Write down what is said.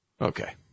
Okay